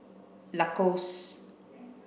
Lacoste